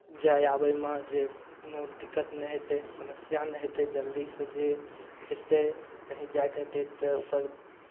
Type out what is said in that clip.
जाय आबयमे जे कोनो दिक्कत नहि हेतै समस्या नहि हेतै जल्दीसँ जे हेतै कहीँ जायके हेतै तऽ ओकर